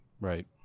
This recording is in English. Right